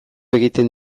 egiten